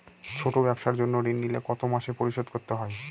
ছোট ব্যবসার জন্য ঋণ নিলে কত মাসে পরিশোধ করতে হয়?